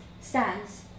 Stands